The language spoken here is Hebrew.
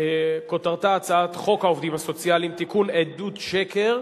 הצעת חוק העובדים הסוציאליים (תיקון, עדות שקר),